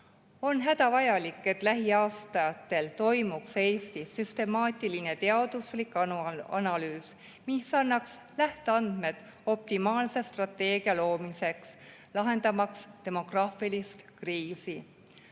On hädavajalik, et lähiaastatel tehtaks Eestis süstemaatiline teaduslik analüüs, mis annaks lähteandmed optimaalse strateegia loomiseks, lahendamaks demograafilist kriisi.